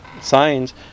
signs